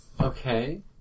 Okay